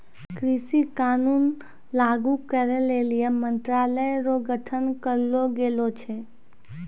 कृषि कानून लागू करै लेली मंत्रालय रो गठन करलो गेलो छै